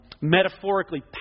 metaphorically